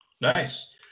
Nice